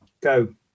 go